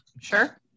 Sure